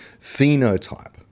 phenotype